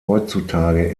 heutzutage